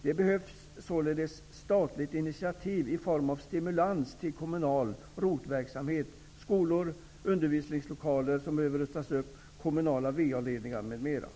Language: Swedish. Det behövs således ett statligt initiativ i form av stimulanser beträffande kommunal ROT